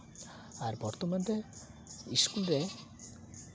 ᱟᱨ ᱵᱚᱨᱛᱚᱢᱟᱱ ᱨᱮ ᱤᱥᱠᱩᱞ ᱨᱮ